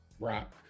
rock